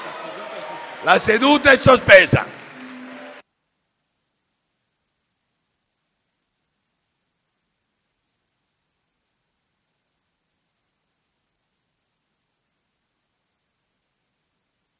La seduta è sospesa.